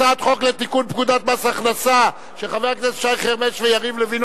הצעת חוק לתיקון פקודת מס הכנסה של חברי הכנסת שי חרמש ויריב לוין,